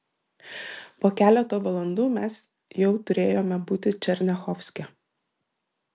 po keleto valandų mes jau turėjome būti černiachovske